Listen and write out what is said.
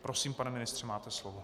Prosím, pane ministře, máte slovo.